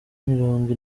mirongo